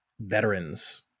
veterans